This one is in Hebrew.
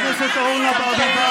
לא כמו זה שעמד פה לפניי,